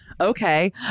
okay